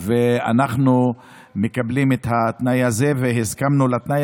ואנחנו מקבלים את התנאי הזה והסכמנו לתנאי